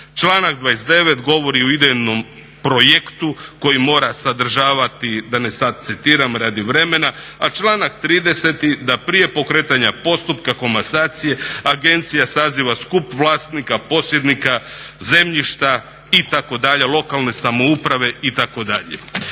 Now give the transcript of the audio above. Članak 29. govori o idejnom projektu koji mora sadržavati da sada ne citiram radi vremena. A članak 30. da prije pokretanja postupka komasacije agencija saziva skup vlasnika posjednika, zemljišta itd., lokalne samouprave itd.